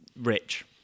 rich